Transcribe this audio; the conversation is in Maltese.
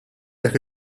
dak